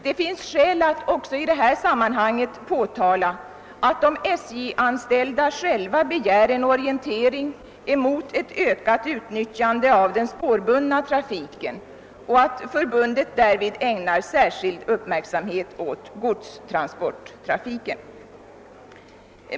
Det finns skäl att även i detta sammanhang påpeka att de SJ-anställda själva begär en orien tering mot ett ökat utnyttjande av den spårbundna trafiken och att deras förbund därvid särskilt uppmärksammat godstransporttrafiken.